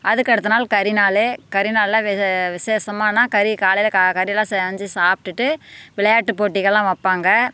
அதுக்கடுத்த நாள் கரி நாள் கரி நாளில் வி விசேஷமான கறி காலையில் க கறி எல்லாம் செஞ்சு சாப்பிட்டுட்டு விளையாட்டு போட்டிகளெலாம் வைப்பாங்க